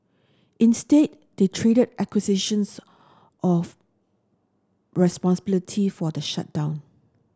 instead they traded accusations of responsibility for the shutdown